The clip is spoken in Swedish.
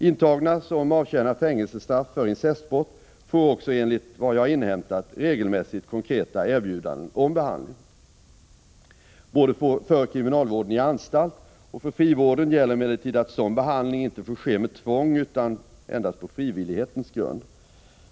Intagna som avtjänar fängelsestraff för incestbrott får också enligt vad jag har inhämtat regelmässigt konkreta erbjudanden om behandling. Både för kriminalvården i anstalt och för frivården gäller emellertid att sådan behandling inte får ske med tvång utan endast på frivillighetens grund.